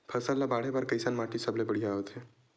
फसल ला बाढ़े बर कैसन माटी सबले बढ़िया होथे?